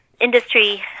industry